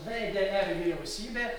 vdr vyriausybė